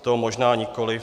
To možná nikoliv.